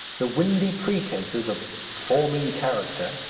the windy pretences of forming character,